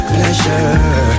Pleasure